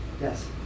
Yes